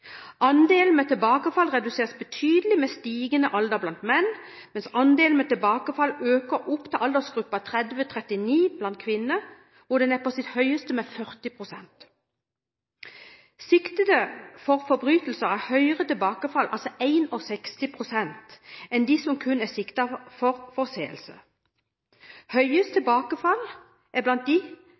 Andelen med tilbakefall reduseres betydelig med stigende alder blant menn, mens andelen med tilbakefall øker opp til aldersgruppen 30–39 år blant kvinner, hvor den er på sitt høyeste med 40 pst. Siktede for forbrytelser har høyere tilbakefall – 61 pst. – enn dem som kun er siktet for forseelser. Det er høyest tilbakefall blant